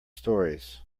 stories